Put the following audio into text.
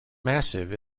massive